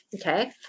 Okay